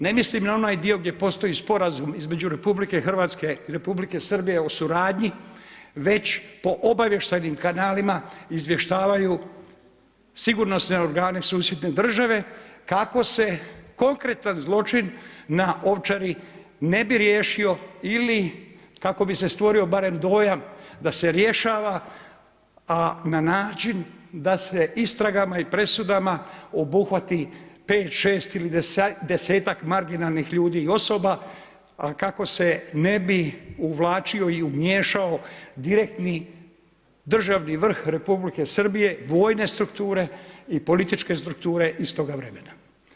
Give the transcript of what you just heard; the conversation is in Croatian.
Ne mislim na onaj dio gdje postoji sporazum između Republike Hrvatske i Republike Srbije o suradnji, već po obavještajnim kanalima izvještavaju sigurnosne organe susjedne države kako se konkretan zločin na Ovčari ne bi riješio, ili kako bi se stvorio barem dojam da se rješava a na način da se istragama i presudama obuhvati 5, 6 ili 10-tak marginalnih ljudi i osoba, a kako se ne bi uvlačio i umiješao direktni državni vrh Republike Srbije, vojne strukture i političke strukture iz toga vremena.